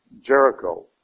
Jericho